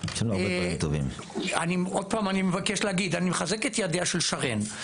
אני מחזק את ידיה של שרן.